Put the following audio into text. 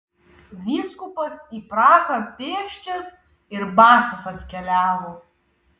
vyskupas į prahą pėsčias ir basas atkeliavo